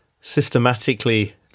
systematically